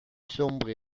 sombre